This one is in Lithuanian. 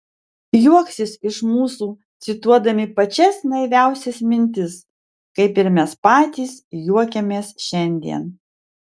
juoksis iš mūsų cituodami pačias naiviausias mintis kaip ir mes patys juokiamės šiandien